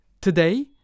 today